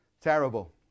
Terrible